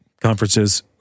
conferences